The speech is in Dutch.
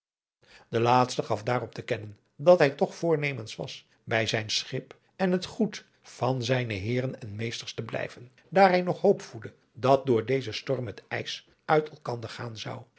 de laatste gaf daarop te kennen dat hij toch voornemens was bij zijn schip en het goed van zijne heeren en meesters te blijven daar hij nog hoop voedde dat door dezen storm het ijs uit elkander gaan zou